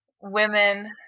women